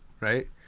right